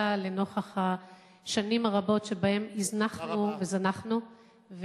לנוכח השנים הרבות שבהן הזנחנו וזנחנו,